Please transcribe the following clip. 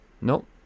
Nope